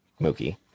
Mookie